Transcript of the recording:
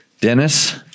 Dennis